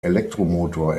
elektromotor